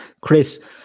Chris